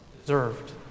deserved